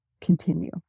continue